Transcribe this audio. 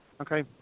Okay